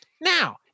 Now